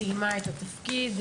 סיימה את התפקיד.